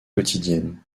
quotidienne